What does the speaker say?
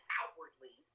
outwardly